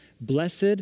blessed